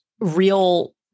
real